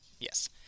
Yes